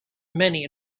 many